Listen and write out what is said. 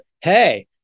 Hey